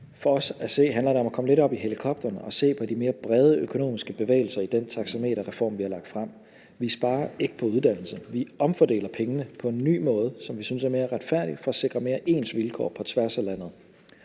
For os handler det om at komme lidt op i helikopteren og se på de mere brede økonomiske bevægelser i den taxameterreform, vi har lagt frem. Vi sparer ikke på uddannelse. Vi omfordeler pengene på en ny måde, som vi synes er mere retfærdig, for at sikre mere ens vilkår på tværs af landet.